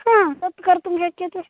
हा तत्कर्तुं शक्यते